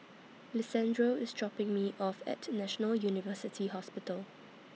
Lisandro IS dropping Me off At National University Hospital